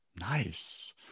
Nice